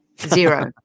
Zero